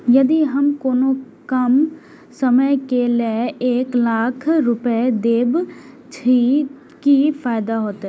यदि हम कोनो कम समय के लेल एक लाख रुपए देब छै कि फायदा होयत?